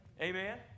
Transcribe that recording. Amen